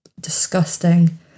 disgusting